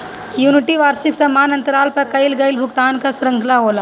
annuity वार्षिकी समान अंतराल पअ कईल गईल भुगतान कअ श्रृंखला होला